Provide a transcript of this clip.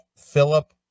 philip